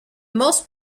most